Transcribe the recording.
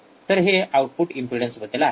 तर हे आउटपुट इम्पेडन्सबद्दल आहे